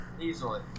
easily